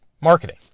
marketing